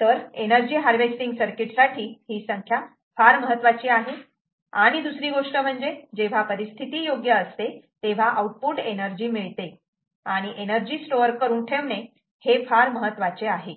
तर energy harvesting circuit साठी ही संख्या फार महत्त्वाची आहे आणि दुसरी गोष्ट म्हणजे जेव्हा परिस्थिती योग्य असते तेव्हा आउटपुट एनर्जी मिळते आणि एनर्जी स्टोअर करून ठेवणे हे फार महत्त्वाचे आहे